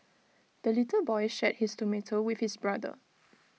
the little boy shared his tomato with his brother